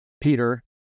Peter